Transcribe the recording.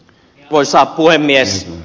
arvoisa puhemies